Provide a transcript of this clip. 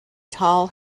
tall